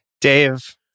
Dave